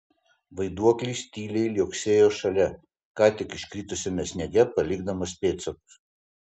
vaiduoklis tyliai liuoksėjo šalia ką tik iškritusiame sniege palikdamas pėdsakus